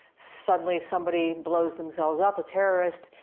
suddenly somebody blows themselves up, a terrorist.